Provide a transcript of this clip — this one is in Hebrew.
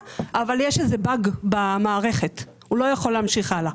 אבל יש איזה באג במערכת והוא לא יכול להמשיך הלאה.